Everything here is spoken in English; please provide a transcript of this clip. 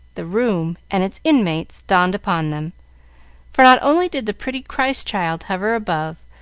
the room, and its inmates, dawned upon them for not only did the pretty christ-child hover above,